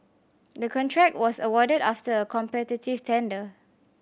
the contract was awarded after a competitive tender